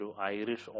Irish